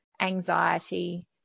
anxiety